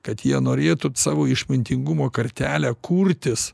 kad jie norėtų savo išmintingumo kartelę kurtis